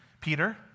Peter